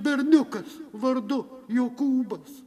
berniukas vardu jokūbas